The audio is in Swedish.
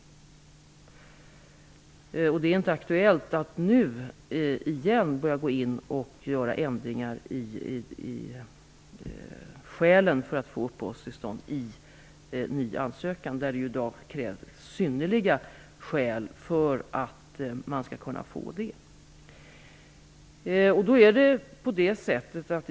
Det är inte aktuellt att nu igen gå in och ändra skälen för att få uppehållstillstånd efter en ny ansökan. I dag krävs det synnerliga skäl för att man skall kunna få det.